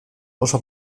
oso